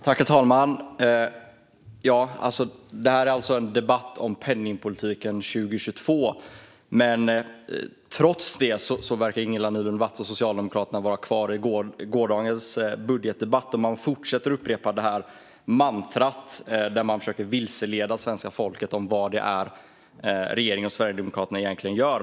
Herr talman! Det här är alltså en debatt om penningpolitiken 2022. Trots det verkar Ingela Nylund Watz och Socialdemokraterna vara kvar i gårdagens budgetdebatt och fortsätter att upprepa mantrat där man försöker vilseleda svenska folket när det gäller vad regeringen och Sverigedemokraterna egentligen gör.